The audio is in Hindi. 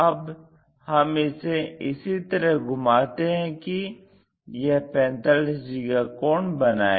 अब हम इसे इसी तरह घुमाते हैं कि यह 45 डिग्री का कोण बनाये